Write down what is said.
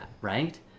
right